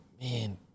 Man